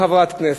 חברת כנסת.